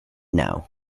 now